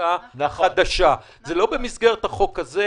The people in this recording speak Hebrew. חקיקה חדשה, לא במסגרת הצעת החוק הזאת.